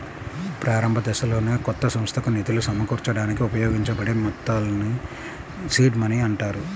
ప్రారంభదశలోనే కొత్త సంస్థకు నిధులు సమకూర్చడానికి ఉపయోగించబడే మొత్తాల్ని సీడ్ మనీ అంటారు